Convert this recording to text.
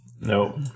Nope